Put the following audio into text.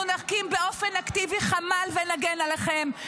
אנחנו נקים באופן אקטיבי חמ"ל ונגן עליכם,